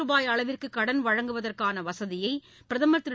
ரூபாய் அளவிற்கு கடன் வழங்குவதற்கான வசதியை பிரதமர் திரு